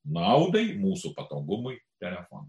naudai mūsų patogumui telefoną